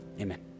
Amen